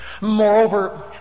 Moreover